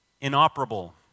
inoperable